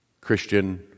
Christian